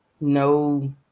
no